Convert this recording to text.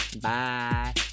Bye